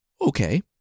Okay